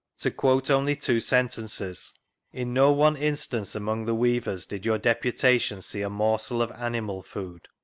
to quote only two sentences in no one instance among the weavers did your deputation see a morsel of animal food,